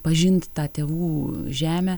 pažinti tą tėvų žemę